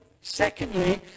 secondly